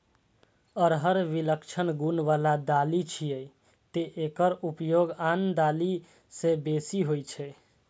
अरहर विलक्षण गुण बला दालि छियै, तें एकर उपयोग आन दालि सं बेसी होइ छै